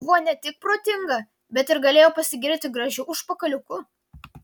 buvo ne tik protinga bet ir galėjo pasigirti gražiu užpakaliuku